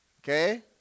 Okay